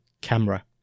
camera